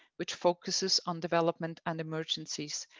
which focuses on development and emergencies.